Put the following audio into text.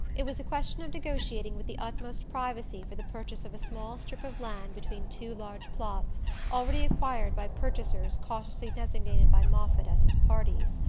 it was a question of negotiating with the utmost privacy for the purchase of a small strip of land between two large plots already acquired by purchasers cautiously designated by moffatt as his parties.